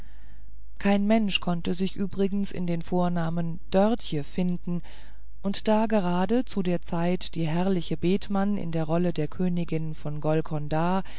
kein mensch konnte sich übrigens in den vornamen dörtje finden und da gerade zu der zeit die herrliche bethmann in der rolle der königin von